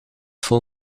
vol